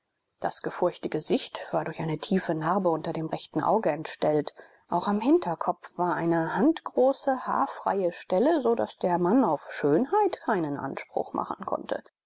das gefurchte gesicht war durch eine tiefe narbe unter dem rechten auge entstellt auch am hinterkopf war eine handgroße haarfreie stelle so daß der mann auf schönheit keinen anspruch machen konnte